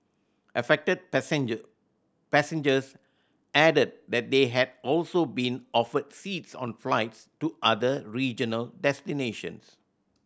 affected passenger passengers added that they had also been offered seats on flights to other regional destinations